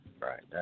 Right